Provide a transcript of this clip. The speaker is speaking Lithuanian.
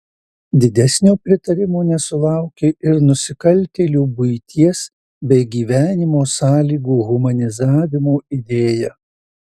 didesnio pritarimo nesulaukė ir nusikaltėlių buities bei gyvenimo sąlygų humanizavimo idėja